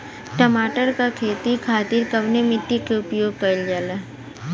टमाटर क खेती खातिर कवने मिट्टी के उपयोग कइलजाला?